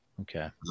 Okay